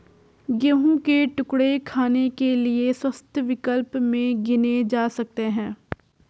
गेहूं के टुकड़े खाने के लिए स्वस्थ विकल्प में गिने जा सकते हैं